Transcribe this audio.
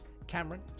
Cameron